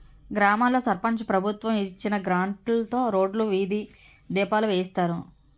గ్రామాల్లో సర్పంచు ప్రభుత్వం ఇచ్చిన గ్రాంట్లుతో రోడ్లు, వీధి దీపాలు వేయిస్తారు